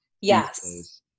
Yes